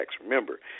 Remember